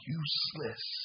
useless